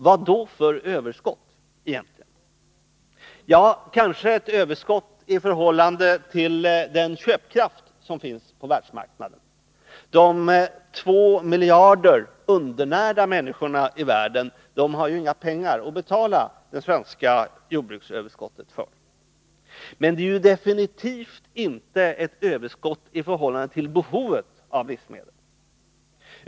Men vilket slags överskott är detta egentligen? Ja, kanske är det ett överskott i förhållande till den köpkraft som finns på världsmarknaden — de två miljarder undernärda i världen har ju inga pengar att betala för det svenska jordbruksöverskottet. Men vårt överskott är absolut inte ett överskott i förhållande till behovet av livsmedel.